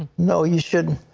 no, you shouldn't.